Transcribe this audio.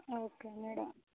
okay madam